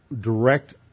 direct